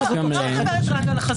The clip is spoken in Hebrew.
לא מדברת רק על חזרתיות.